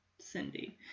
Cindy